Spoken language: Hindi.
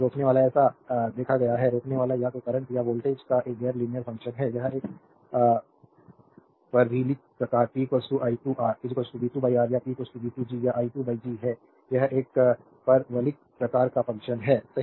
रोकनेवाला ऐसा देखा गया है रोकनेवाला या तो करंट या वोल्टेज का एक गैर लीनियर फंक्शन है यह एक परवलयिक प्रकार p i2 R v2 R या p v2 G या i2 G है यह एक परवलयिक प्रकार का फंक्शन है सही